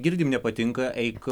girdim nepatinka eik